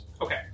Okay